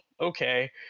okay